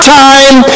time